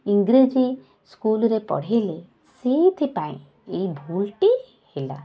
ଇଂଗ୍ରେଜୀ ସ୍କୁଲରେ ପଢ଼ାଇଲେ ସେଇଥିପାଇଁ ଏଇ ଭୁଲଟି ହେଲା